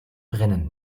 brennen